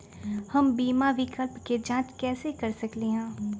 हम बीमा विकल्प के जाँच कैसे कर सकली ह?